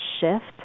shift